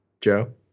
Joe